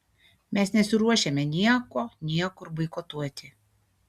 mes nesiruošiame nieko niekur boikotuoti